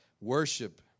Worship